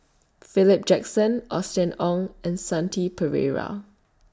Philip Jackson Austen Ong and Shanti Pereira